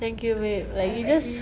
thank you babe like you just